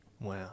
wow